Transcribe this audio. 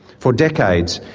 for decades,